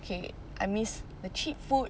okay I miss the cheap food